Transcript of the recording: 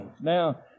Now